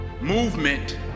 movement